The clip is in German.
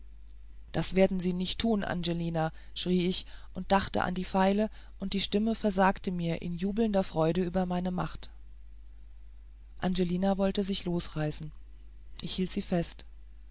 das werden sie nicht tun angelina schrie ich und dachte an die feile und die stimme versagte mir in jubelnder freude über meine macht angelina wolte sich losreißen ich hielt sie fest